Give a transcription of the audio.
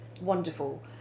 wonderful